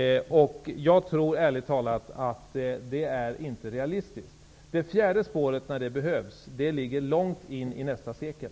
Jag tror ärligt talat att detta inte är realistiskt. Behovet av det fjärde spåret ligger långt in i nästa sekel.